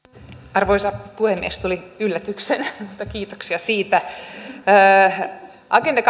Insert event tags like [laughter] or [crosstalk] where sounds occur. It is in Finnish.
arvoisa puhemies tuli yllätyksenä mutta kiitoksia siitä agenda [unintelligible]